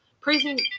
praising